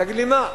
תגיד לי מה?